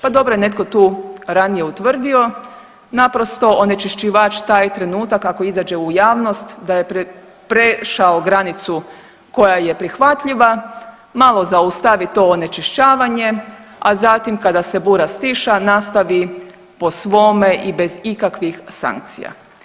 Pa dobro je netko tu ranije utvrdio, naprosto onečišćivač, taj trenutak ako izađe u javnost, da je prešao granicu koja je prihvatljiva, malo zaustavi to onečišćavanje, a zatim kada se bura stiša, nastavi po svome i bez ikakvih sankcija.